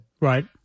right